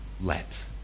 let